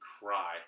cry